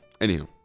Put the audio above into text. anywho